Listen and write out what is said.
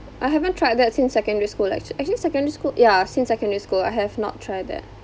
I haven't tried that since secondary school actua~ actually secondary school ya since secondary school I have not tried that